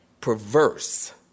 perverse